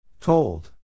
Told